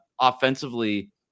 offensively